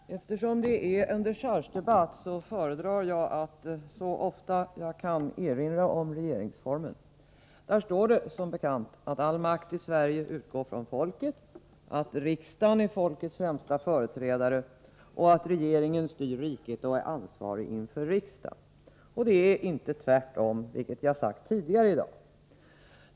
Fru talman! Eftersom det är en dechargedebatt, föredrar jag att så ofta jag kan erinra om regeringsformen. I denna står som bekant att all makt i Sverige utgår från folket, att riksdagen är folkets främsta företrädare och att regeringen styr riket och är ansvarig inför riksdagen. Såsom jag har sagt tidigare i dag är det alltså inte tvärtom.